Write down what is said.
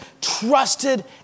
trusted